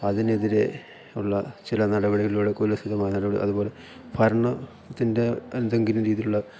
അതിനെതിരെ ഉള്ള ചില നടപടികളിലൂടെ കുൽസിതമായ നടപടി അതുപോലെ ഭരണത്തിൻ്റെ എന്തെങ്കിലും രീതിയിലുള്ള